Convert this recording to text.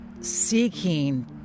seeking